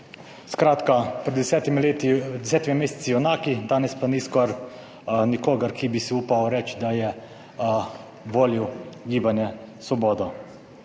Skratka, pred 10 meseci junaki, danes pa ni skoraj nikogar, ki bi si upal reči, da je volil Gibanje Svoboda.